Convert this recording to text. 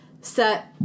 set